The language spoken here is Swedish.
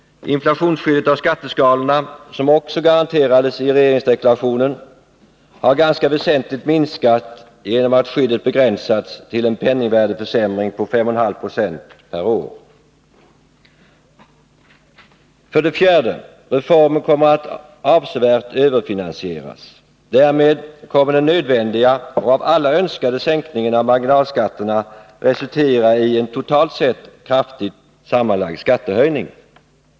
Inflationsskyddet av skatteskalorna, som också garanterades i regeringsdeklarationen, har ganska väsentligt minskat genom att skyddet har begränsats till en penningvärdesförsämring på 5,5 20 per år. 4. Reformen kommer att avsevärt överfinansieras. Därmed kommer den nödvändiga och av alla önskade sänkningen av marginalskatterna att resultera i en totalt sett kraftig sammanlagd skattehöjning.